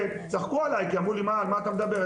צחקו עליי ואמרו לי: "על מה אתה מדבר?